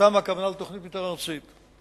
תוכנית המיתאר הארצית.